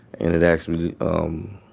and it actually, um,